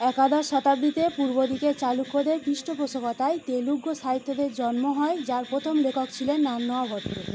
একাদশ শতাব্দীতে পূর্বদিকে চালুক্যদের পৃষ্ঠপোষকতায় তেলুগু সাহিত্যিকের জন্ম হয় যার প্রথম লেখক ছিলেন নান্নয়া ভট্ট